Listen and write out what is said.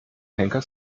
henker